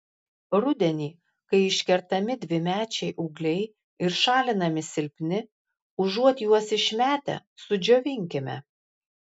rudenį kai iškertami dvimečiai ūgliai ir šalinami silpni užuot juos išmetę sudžiovinkime